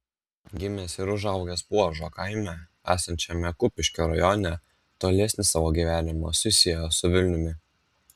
gimęs ir užaugęs puožo kaime esančiame kupiškio rajone tolesnį savo gyvenimą susiejo su vilniumi